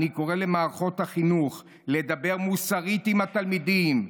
אני קורא למערכות החינוך לדבר מוסרית עם התלמידים,